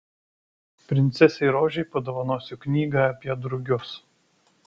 princesei rožei padovanosiu knygą apie drugius